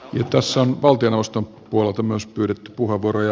tässä on valtioneuvoston puolelta myös pyydetty puheenvuoroja